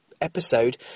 episode